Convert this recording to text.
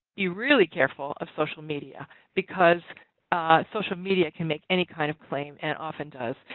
be really careful of social media because social media can make any kind of claim and often does.